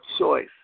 choice